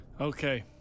Okay